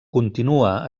continua